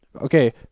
okay